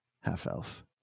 half-elf